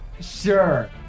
Sure